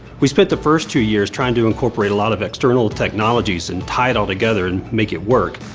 we spent the first two years trying to incorporate a lot of external technologies and tie it all together and make it work,